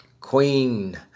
queen